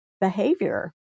behavior